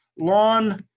lawn